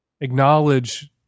Acknowledge